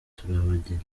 turabagira